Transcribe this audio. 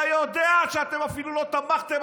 אתה יודע שאתם אפילו לא תמכתם,